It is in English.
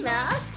Mac